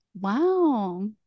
wow